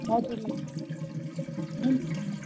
हजुर म्याम हुन्छ